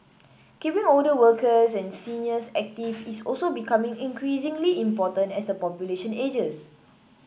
keeping older workers and seniors active is also becoming increasingly important as the population ages